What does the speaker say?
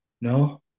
no